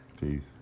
Peace